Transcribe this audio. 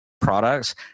products